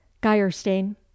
Geierstein